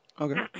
Okay